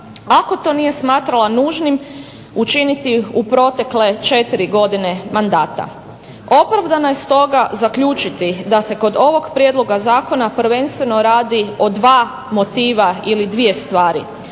ako to nije smatrala nužnim učiniti u protekle 4 godine mandata. Opravdano je stoga zaključiti da se kod ovog prijedloga zakona prvenstveno radi o dva motiva ili dvije stvari.